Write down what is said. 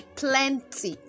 plenty